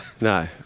No